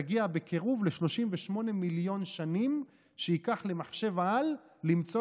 תגיע בקירוב ל-38 מיליון שנים שייקח למחשב-על למצוא